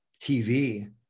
TV